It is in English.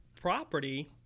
property